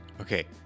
Okay